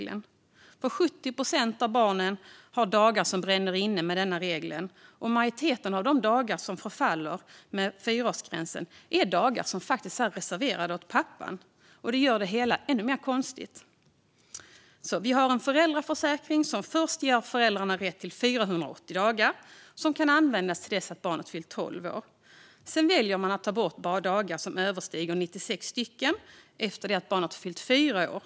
Med denna regel har 70 procent av barnen dagar som brinner inne, och majoriteten av de dagar som förfaller med fyraårsgränsen är dagar som är reserverade för pappan. Detta gör det hela ännu mer konstigt. Vi har en föräldraförsäkring som först ger föräldrarna rätt till 480 dagar som kan användas till dess att barnet fyllt 12 år. Sedan väljer man att ta bort dagar som överstiger 96 stycken efter det att barnet har fyllt 4 år.